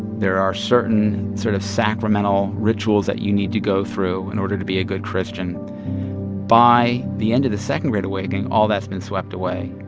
there are certain sort of sacramental rituals that you need to go through in order to be a good christian by the end of the second great awakening, all that's been swept away.